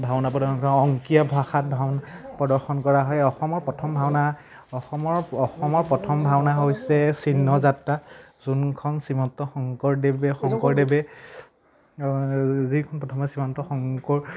ভাওনা প্ৰদৰ্শন কৰা অংকীয়া ভাষাত ভাওনা প্ৰদৰ্শন কৰা হয় অসমৰ প্ৰথম ভাওনা অসমৰ অসমৰ প্ৰথম ভাওনা হৈছে চিহ্নযাত্ৰা যোনখন শ্ৰীমন্ত শংকৰদেৱে শংকৰদেৱে যিখন প্ৰথমে শ্ৰীমন্ত শংকৰ